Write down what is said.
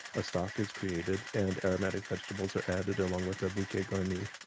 a stock is created, and aromatic vegetables are added along with a bouquet garni.